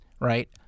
right